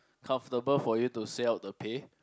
comfortable for you to say out the pay